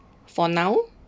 for now